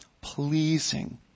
pleasing